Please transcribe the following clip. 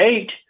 eight